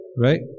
right